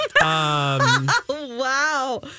Wow